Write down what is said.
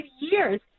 years